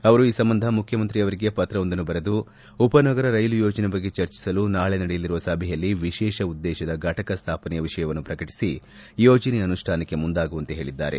ಅವರು ಈ ಸಂಬಂಧ ಮುಖ್ಚಮಂತ್ರಿಯವರಿಗೆ ಪತ್ರವೊಂದನ್ನು ಬರೆದು ಉಪನಗರ ರೈಲು ಯೋಜನೆ ಬಗ್ಗೆ ಚರ್ಚಿಸಲು ನಾಳೆ ನಡೆಯಲಿರುವ ಸಭೆಯಲ್ಲಿ ವಿಶೇಷ ಉದ್ದೇಶದ ಫಟಕ ಸ್ಥಾಪನೆಯ ವಿಷಯವನ್ನು ಪ್ರಕಟಿಸ ಯೋಜನೆಯ ಅನುಷ್ಣಾನಕ್ಕೆ ಮುಂದಾಗುವಂತೆ ಕೇಳಿದ್ದಾರೆ